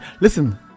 Listen